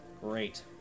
Great